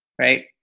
right